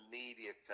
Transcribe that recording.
media